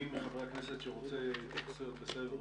מי מחברי הכנסת שרוצה לדבר בסבב הראשון.